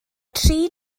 tri